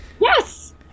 Yes